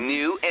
New